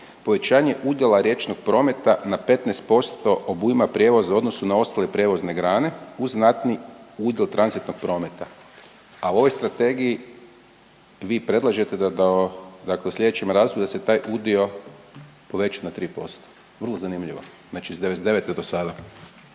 povećanje udjela riječnog prometa na 15% obujma prijevoza u odnosu na ostale prijevozne grane uz znatni udjel tranzitnog prometa. A u ovoj Strategiji vi predlažete da do, dakle u sljedećem razdoblju da se taj udio poveća na 3%. Vrlo zanimljivo. Znači iz '99. do sada.